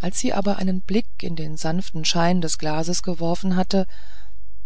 als sie aber einen blick in den sanften schein des glases geworfen hatte